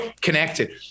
connected